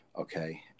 okay